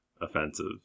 offensive